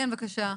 כן בבקשה.